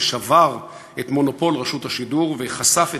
ששבר את מונופול רשות השידור וחשף את